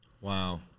Wow